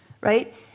right